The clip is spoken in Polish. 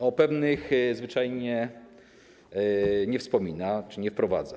O pewnych zwyczajnie nie wspomina albo ich nie wprowadza.